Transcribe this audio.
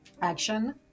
action